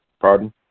Pardon